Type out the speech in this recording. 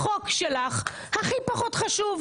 החוק שלך הכי פחות חשוב,